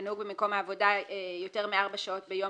כנהוג במקום העבודה יותר מארבע שעות ביום,